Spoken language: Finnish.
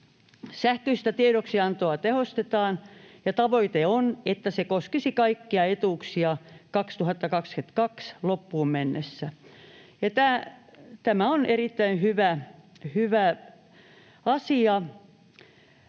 Sähköistä tiedoksiantoa tehostetaan, ja tavoite on, että se koskisi kaikkia etuuksia 2022 loppuun mennessä. Tämä on erittäin hyvä asia.